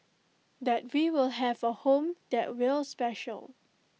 that we will have A home that will special